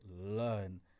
learn